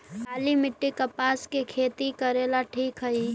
काली मिट्टी, कपास के खेती करेला ठिक हइ?